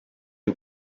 uri